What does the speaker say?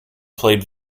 played